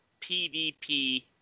PvP